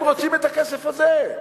הם רוצים את הכסף הזה.